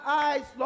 eyes